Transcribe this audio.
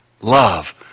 Love